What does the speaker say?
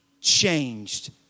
changed